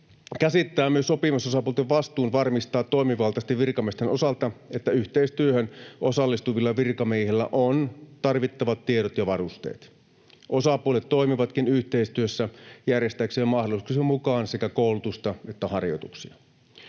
käsittää myös sopimusosapuolten vastuun varmistaa toimivaltaisten virkamiesten osalta, että yhteistyöhön osallistuvilla virkamiehillä on tarvittavat tiedot ja varusteet. Osapuolet toimivatkin yhteistyössä järjestääkseen mahdollisuuksien mukaan sekä koulutusta että harjoituksia.